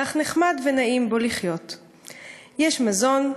אך נחמד ונעים בו לחיות./ יש מזון,